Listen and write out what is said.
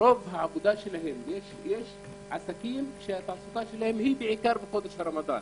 רוב העבודה שלהם יש עסקים שהתעסוקה שלהם בעיקר בחודש הרמדאן.